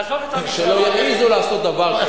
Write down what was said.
תעזוב את, לא יעזו לעשות דבר כזה.